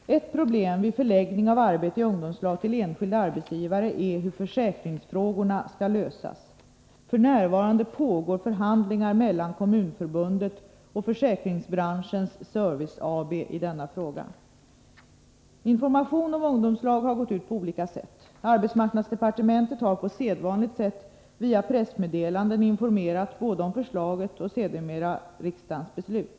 Ett problem vid förläggning av arbete i ungdomslag till enskild arbetsgivare är hur försäkringsfrågorna skall lösas. F.n. pågår förhandlingar mellan Kommunförbundet och Försäkringsbranschens Service AB i denna fråga. Informationen om ungdomslag har gått ut på olika sätt. Arbetsmarknadsdepartementet har på sedvanligt sätt via pressmeddelanden informerat både om förslaget och sedermera om riksdagens beslut.